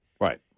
Right